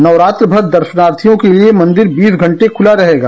नवरात्रि भर दर्शनार्थियों के लिये मंदिर बीस घंटे खुला रहेगा